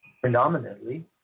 predominantly